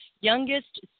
youngest